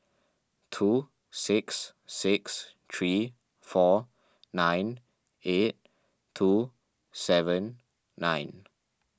two six six three four nine eight two seven nine